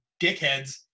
dickheads